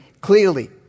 clearly